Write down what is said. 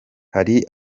hari